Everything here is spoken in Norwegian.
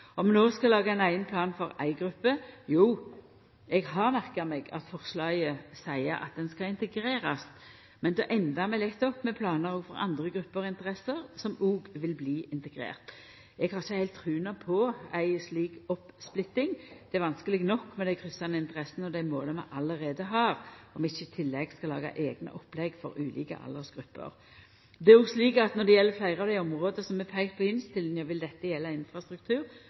Om vi no skal laga ein eigen plan for ei gruppe – jo, eg har merka meg at forslaget seier at planen skal integrerast, men då endar vi lett opp med planar for andre grupper og interesser som òg vil bli integrerte. Eg har ikkje heilt trua på ei slik oppsplitting. Det er vanskeleg nok med dei kryssande interessene og dei måla vi allereie har, om vi ikkje i tillegg skal laga eigne opplegg for ulike aldersgrupper. Det er òg slik at på fleire av dei områda det er peika på i innstillinga, vil dette gjelda infrastruktur